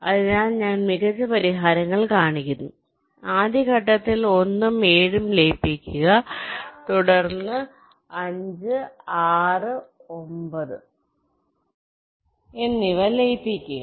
അതിനാൽ ഞാൻ മികച്ച പരിഹാരങ്ങൾ കാണിക്കുന്നു ആദ്യ ഘട്ടത്തിൽ 1 ഉം 7 ഉം ലയിപ്പിക്കുക തുടർന്ന് 5 6 9 എന്നിവ ലയിപ്പിക്കുക നിങ്ങളുടെ 3 ഉം 8 ഉം ലയിപ്പിക്കുന്നതിനേക്കാൾ 5 6 9 ആയി നിങ്ങൾക്ക് ഒരു കോമ്പോസിറ്റ് നോഡ് ലഭിക്കും 3 ഉം 8 ഉം കൂടി ലയിപ്പിക്കുക